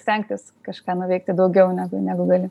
stengtis kažką nuveikti daugiau negu negu gali